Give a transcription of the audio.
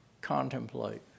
contemplate